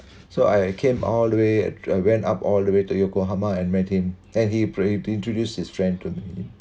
so I came all the way and went up all the way to yokohama and met him and he introduced his friend to me